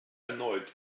erneut